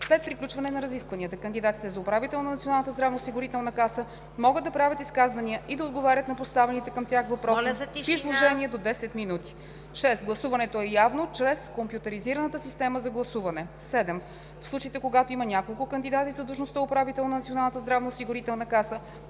След приключване на разискванията кандидатите за управител на Националната здравноосигурителна каса могат да правят изказвания и да отговарят на поставените към тях въпроси в изложение до 10 минути. 6. Гласуването е явно чрез компютризираната система за гласуване. 7. В случаите, когато има няколко кандидати за длъжността „управител на